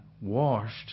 washed